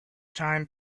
time